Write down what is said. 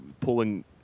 pulling